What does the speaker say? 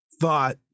thought